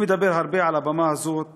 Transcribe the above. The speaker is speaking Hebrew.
אני מדבר הרבה מעל הבמה הזאת